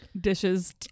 dishes